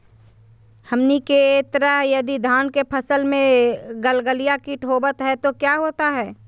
हमनी के तरह यदि धान के फसल में गलगलिया किट होबत है तो क्या होता ह?